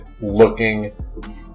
looking